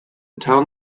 town